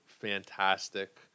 fantastic